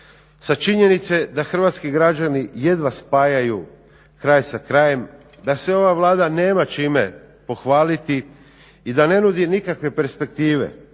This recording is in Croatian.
sa činjenice da hrvatski građani jedva spajaju kraj sa krajem, da se ova Vlada nema čime pohvaliti i da ne nudi nikakve perspektive.